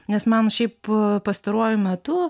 nes man šiaip pastaruoju metu